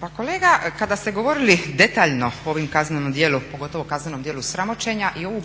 Pa kolega kada ste govorili detaljno o ovim kaznenim djelima, pogotovo kaznenom djelu sramoćenja i ovu